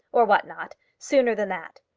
or what not, sooner than that.